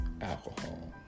alcohol